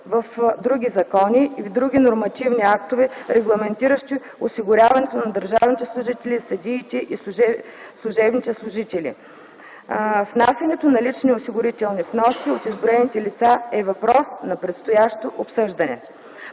в други закони и в други нормативни актове, регламентиращи осигуряването на държавните служители, съдиите и служебните служители. Внасянето на лични осигурителни вноски от изброените лица е въпрос на предстоящо обсъждане.